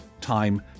time